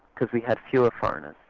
because we had fewer foreigners